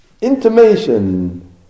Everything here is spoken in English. intimation